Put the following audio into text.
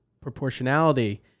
proportionality